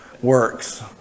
works